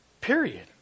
Period